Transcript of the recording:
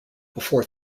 before